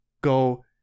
go